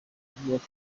avuga